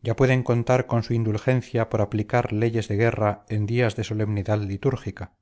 ya pueden contar con su indulgencia por aplicar leyes de guerra en días de solemnidad litúrgica